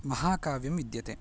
महाकाव्यं विद्यते